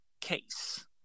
case